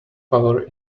power